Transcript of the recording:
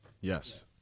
Yes